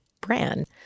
brand